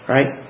Right